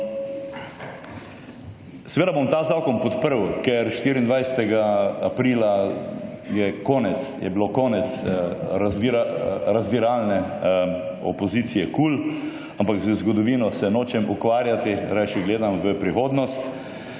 Seveda bom ta zakon podprl, ker 24. aprila je konec, je bilo konec razdiralne opozicije Kul, ampak z zgodovino se nočem ukvarjati, rajši gledam v prihodnost.